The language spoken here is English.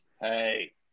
Hey